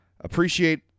appreciate